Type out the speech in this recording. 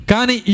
Kani